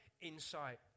insight